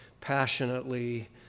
passionately